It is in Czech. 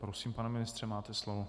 Prosím pane ministře, máte slovo.